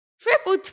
Triple